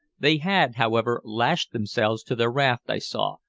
they had, however, lashed themselves to their raft, i saw,